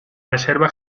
reserva